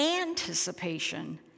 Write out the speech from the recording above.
anticipation